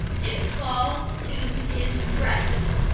it falls to his breast,